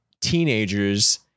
teenagers